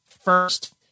first